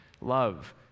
love